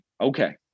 Okay